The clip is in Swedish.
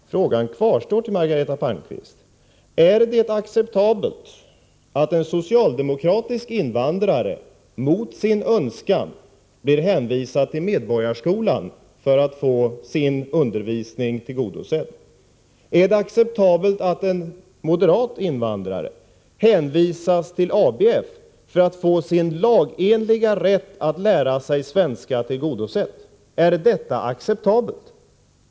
Herr talman! Frågan till Margareta Palmqvist kvarstår. Är det acceptabelt att en socialdemokratisk invandrare mot sin önskan blir hänvisad till Medborgarskolan för att få sin undervisning tillgodosedd? Är det acceptabelt att en moderat invandrare hänvisas till ABF för att få sin lagenliga rätt att lära sig svenska tillgodosedd? Är detta acceptabelt?